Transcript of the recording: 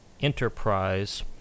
enterprise